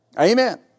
Amen